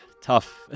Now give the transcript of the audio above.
Tough